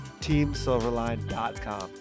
TeamSilverline.com